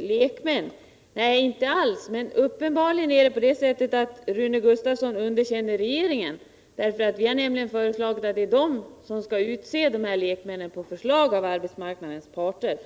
lekmän i detta sammanhang. Nej, det gör jag inte alls. Men uppenbarligen är det så att Rune Gustavsson underkänner regeringen. Vi har nämligen föreslagit att det är den som skall utse lekmännen, på förslag av arbetsmarknadens parter.